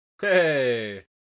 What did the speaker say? Hey